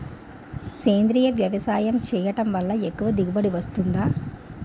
సేంద్రీయ వ్యవసాయం చేయడం వల్ల ఎక్కువ దిగుబడి వస్తుందా?